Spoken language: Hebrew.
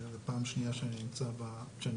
זו פעם שנייה שאני נמצא בוועדה.